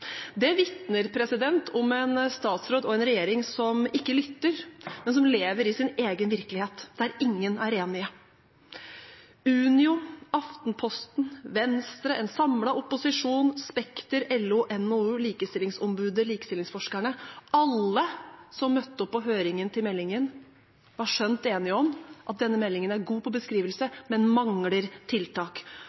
Det vitner om en statsråd og en regjering som ikke lytter, men som lever i sin egen virkelighet mens ingen er enig med dem. Unio, Aftenposten, Venstre, en samlet opposisjon, Spekter, LO, NHO, Likestillingsombudet, likestillingsforskerne – alle som møtte opp på høringen til meldingen, var skjønt enige om at denne meldingen er god på beskrivelse, men mangler tiltak.